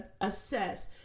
assess